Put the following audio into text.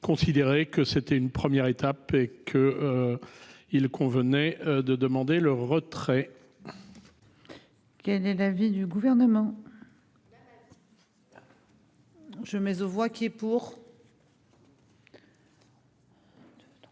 considéré que c'était une première étape et qu'il convenait de demander le retrait. Quel est l'avis du gouvernement. Je mais aux voix qui est pour.